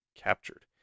captured